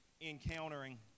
encountering